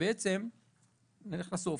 נלך לסוף,